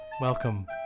welcome